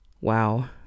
Wow